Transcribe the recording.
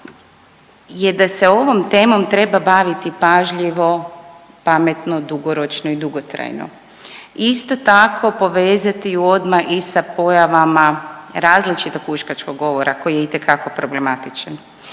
je da se ovom temom treba baviti pažljivo, pametno, dugoročno i dugotrajno. Isto tako povezati ju odmah i sa pojavama različitog huškačkog govora koji je itekako problematičan.